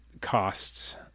costs